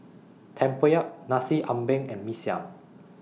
Tempoyak Nasi Ambeng and Mee Siam